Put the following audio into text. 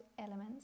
Elements